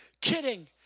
kidding